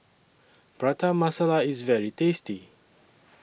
Prata Masala IS very tasty